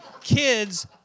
kids